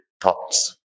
thoughts